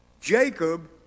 Jacob